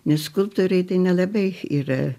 nes skulptoriai tai nelabai yra